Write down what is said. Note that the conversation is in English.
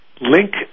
link